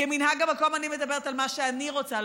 כמנהג המקום אני מדברת על מה שאני רוצה,